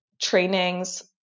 trainings